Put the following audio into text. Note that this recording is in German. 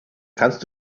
kannst